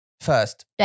first